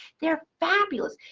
they're fabulous.